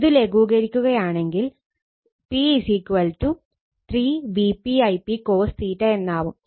ഇത് ലഘൂകരിക്കുകയാണെങ്കിൽ ഇത് p 3 Vp Ip cos എന്നാവും